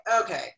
okay